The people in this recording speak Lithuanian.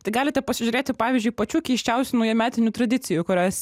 tai galite pasižiūrėti pavyzdžiui pačių keisčiausių naujametinių tradicijų kurias